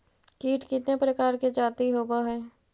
कीट कीतने प्रकार के जाती होबहय?